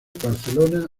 barcelona